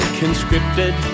conscripted